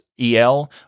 EL